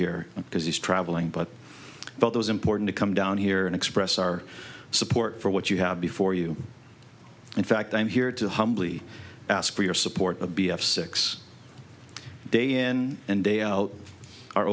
here because he's traveling but both those important to come down here and express our support for what you have before you in fact i'm here to humbly ask for your support of b f six day in and day out our